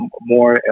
more